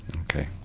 Okay